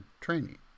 training